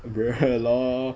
bruh LOL